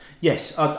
Yes